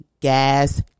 gas